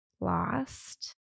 Lost